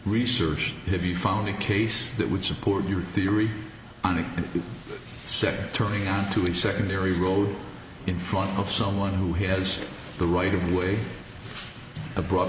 research have you found a case that would support your theory on the second turning onto a secondary road in front of someone who has the right of way abr